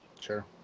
sure